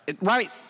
right